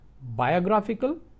biographical